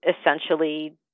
essentially